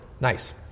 Nice